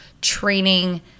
training